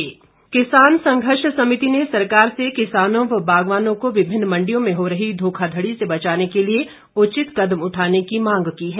किसान समिति किसान संघर्ष समिति ने सरकार से किसानों व बागवानों को विभिन्न मंडियों में हो रही धोखाधड़ी से बचाने के लिए उचित कदम उठाने की मांग की है